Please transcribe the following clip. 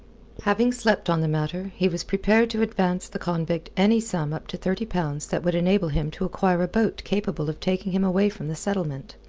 having slept on the matter, he was prepared to advance the convict any sum up to thirty pounds that would enable him to acquire a boat capable of taking him away from the settlement.